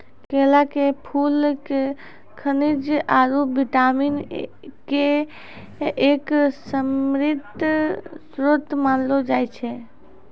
केला के फूल क खनिज आरो विटामिन के एक समृद्ध श्रोत मानलो जाय छै